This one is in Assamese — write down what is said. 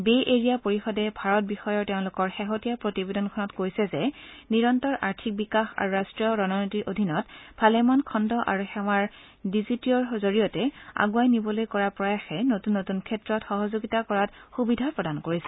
বে এৰিয়া পৰিষদে ভাৰত বিষয়ৰ তেওঁলোকৰ শেহতীয়া প্ৰতিবেদনখনত কৈছে যে নিৰন্তৰ আৰ্থিক বিকাশ আৰু ৰাষ্ট্ৰীয় ৰণনীতিৰ অধীনত ভালেমান খণু আৰু সেৱাৰ ডিজিটিঅৰ জৰিয়তে আগুৱাই নিবলৈ কৰা প্ৰয়াসে নতুন নতুন ক্ষেত্ৰত সহযোগিতা কৰাৰ সুবিধা প্ৰদান কৰিছে